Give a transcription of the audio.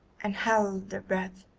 and held their breath.